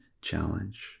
challenge